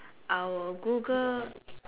I will Google